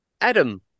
Adam